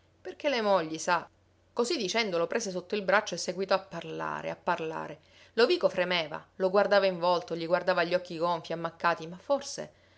perché le mogli sa così dicendo lo prese sotto il braccio e seguitò a parlare a parlare lovico fremeva lo guardava in volto gli guardava gli occhi gonfi ammaccati ma forse